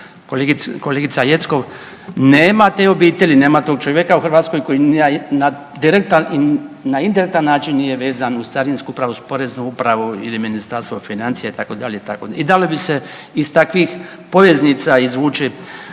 kolegica Jeckov, tema te obitelji, nema tog čovjeka u Hrvatskoj koji na direktan i na indirektan način nije vezan uz carinsku, poreznu upravu ili Ministarstvo financija itd., itd. I dalo bi se iz takvih poveznica izvući